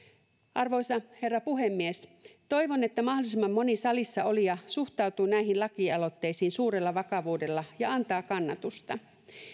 arvoisa herra puhemies toivon että mahdollisimman moni salissa olija suhtautuu näihin lakialoitteisiin suurella vakavuudella ja antaa kannatusta